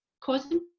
causing